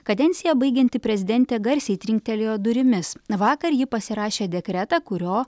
kadenciją baigianti prezidentė garsiai trinktelėjo durimis vakar ji pasirašė dekretą kurio